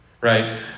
right